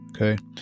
okay